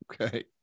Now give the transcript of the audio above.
Okay